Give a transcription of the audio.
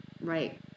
right